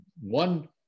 one